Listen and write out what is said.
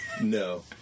No